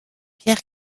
pierre